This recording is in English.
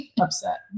upset